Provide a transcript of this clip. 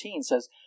says